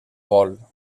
vol